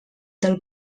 del